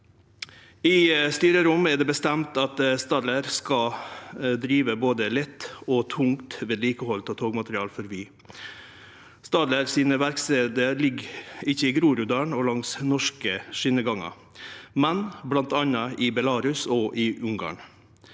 I styrerom er det bestemt at Stadler skal drive både lett og tungt vedlikehald av togmateriell for Vy. Stadler sine verkstader ligg ikkje i Groruddalen eller langs norske skjenegangar, men bl.a. i Belarus og i Ungarn.